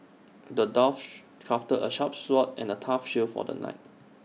the dwarf crafted A sharp sword and A tough shield for the knight